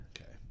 Okay